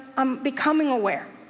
i'm becoming aware